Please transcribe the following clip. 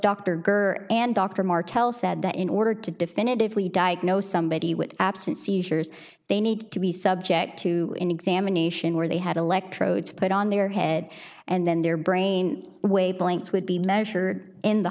that in order to definitively diagnose somebody with absence seizures they need to be subject to an examination where they had electrodes put on their head and then their brain wavelengths would be measured in the